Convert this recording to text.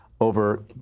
over